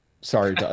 Sorry